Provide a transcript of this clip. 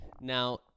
Now